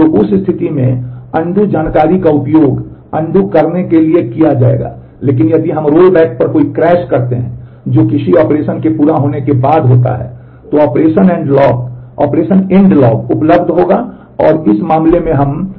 तो उस स्थिति में अनडू करें